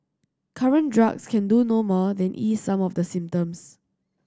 current drugs can do no more than ease some of the symptoms